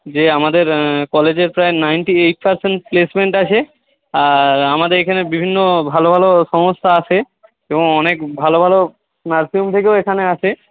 যে আমাদের কলেজের প্রায় নাইন্টি এইট পারসেন্ট প্লেসমেন্ট আছে আর আমাদের এখানে বিভিন্ন ভালো ভালো সংস্থা আসে এবং অনেক ভালো ভালো নার্সিং হোম থেকেও এখানে আসে